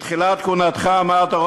בתחילת כהונתך אמרת,